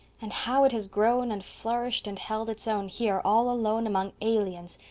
and how it has grown and flourished and held its own here all alone among aliens,